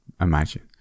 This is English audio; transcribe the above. imagine